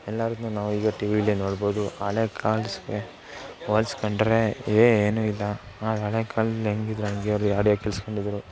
ಎಲ್ಲದನ್ನು ನಾವು ಈಗ ಟಿವಿಲೇ ನೋಡ್ಬೋದು ಹಳೆ ಕಾಲಕ್ಕೆ ಹೊಲಿಸ್ಕೊಂಡ್ರೆ ಏನು ಇಲ್ಲ ಆ ಹಳೆ ಕಾಲ್ದಲ್ಲಿ ಹೆಂಗಿದ್ರೆ ಹಂಗೆ ಅವ್ರು ಈ ಆಡಿಯೋ ಕೇಳ್ಸ್ಕೊಂಡಿದ್ರು